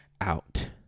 out